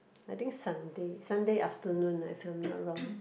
I think Sunday Sunday afternoon uh if I'm not wrong